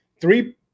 three